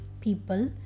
people